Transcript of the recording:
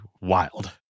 wild